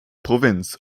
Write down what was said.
provinz